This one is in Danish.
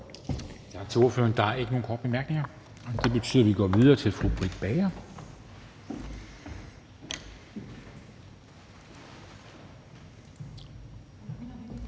Der er ikke nogen korte bemærkninger. Det betyder, at vi går videre til fru Britt Bager,